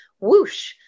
whoosh